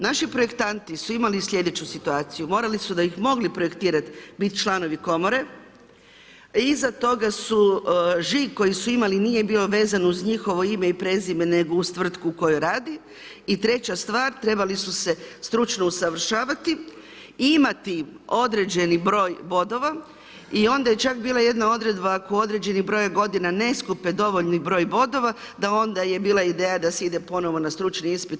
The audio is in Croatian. Naši projektanti su imali slijedeću situaciju, morali su da bi mogli projektirat bit članovi komore, iza toga su žig koji su imali nije bio vezan uz njihovo ime i prezime nego uz tvrtku u kojoj radi i treća stvar, trebali su se stručno usavršavati, imati određeni broj bodova i onda je čak bila jedna odredba ako određeni broj godina ne skupe dovoljni broj bodova, da onda je bila ideja da se ide ponovo na stručni ispit.